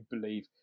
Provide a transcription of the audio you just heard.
believe